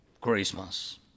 Christmas